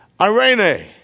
Irene